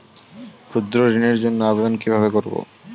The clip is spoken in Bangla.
ক্ষুদ্র ঋণের জন্য আবেদন কিভাবে করব?